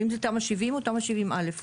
האם זה תמ"א 70 או תמ"א 70(א).